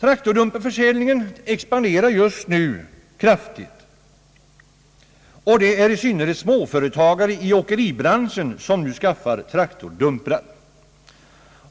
Traktordumperförsäljningen expanderar just nu kraftigt — i synnerhet småföretagare i åkeribranschen skaffar dumprar.